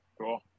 Cool